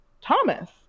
Thomas